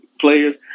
players